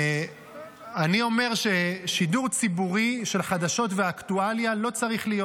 אני אומר ששידור ציבורי של חדשות ואקטואליה לא צריך להיות.